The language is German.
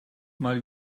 mal